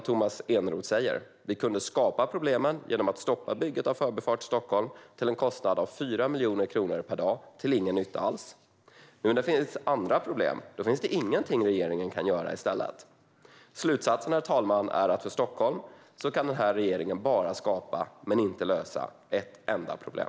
Tomas Eneroth säger: Vi kunde skapa problemen genom att stoppa bygget av Förbifart Stockholm till en kostnad av 4 miljoner kronor per dag. Nu när det finns andra problem är det ingenting som regeringen kan göra. Slutsatsen, herr talman, blir att för Stockholm kan den här regeringen bara skapa problem men inte lösa ett enda problem.